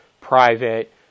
private